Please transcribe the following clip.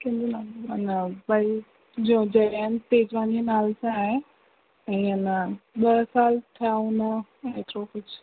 जो जगन तेजवानी नाले सां आहे ईअं न ॿ साल थिया हूंदा एतिरो कुझु